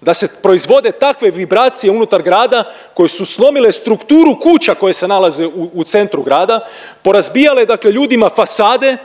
da se proizvode takve vibracije unutar grada koje su slomile strukturu kuća koje se nalaze u centru grada, porazbijale ljudima fasade,